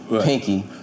pinky